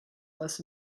less